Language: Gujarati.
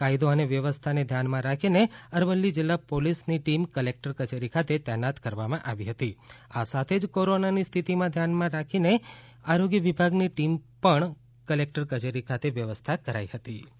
કાયદો અને વ્યવસ્થાને ધ્યાનમાં રાખીને અરવલ્લી જિલ્લા પોલીસની ટીમ કલેક્ટર કચેરી ખાતે તૈનાત કરવામાં આવી હતી આ સાથે જ કોરોનાની સ્થિતિને ધ્યાનમાં રાખીને આરોગ્ય વિભાગની ટીમની એક પણ કલેકટર કચેરી ખાતે વ્યવસ્થા કરાઈછે